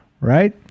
right